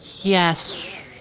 Yes